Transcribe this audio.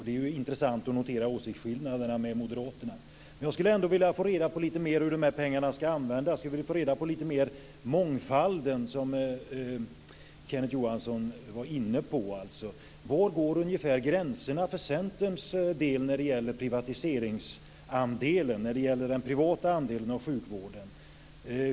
Det är intressant att notera åsiktsskillnaderna i förhållande till moderaterna. Jag skulle ändå vilja få reda på lite mer om hur de här pengarna ska användas och om den mångfald som Kenneth Johansson var inne på. Ungefär var går gränserna för Centerns del när det gäller privata andelar av sjukvården?